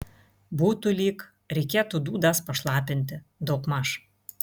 būtų lyg reikėtų dūdas pašlapinti daugmaž